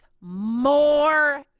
more